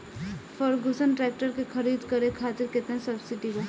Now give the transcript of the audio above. Ferguson tractor के खरीद करे खातिर केतना सब्सिडी बा?